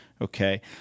okay